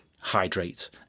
hydrate